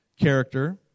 character